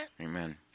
Amen